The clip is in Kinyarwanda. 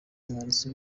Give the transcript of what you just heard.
umwanditsi